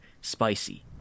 SPICY